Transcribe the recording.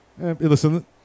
listen